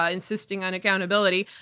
ah insisting on accountability.